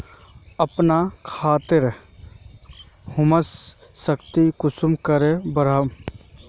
अपना खेतेर ह्यूमस शक्ति कुंसम करे बढ़ाम?